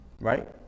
right